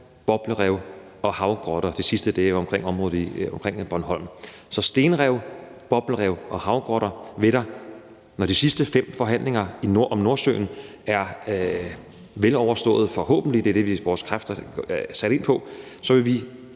boblerev og havgrotter. Det sidste er i området omkring Bornholm. Så på og omkring stenrev, boblerev og havgrotter vil vi, når de sidste fem forhandlinger om Nordsøen er vel overståede, forhåbentlig – det er det, vores kræfter og sat ind på – have